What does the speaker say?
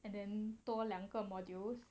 and then 多两个 modules